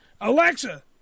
Alexa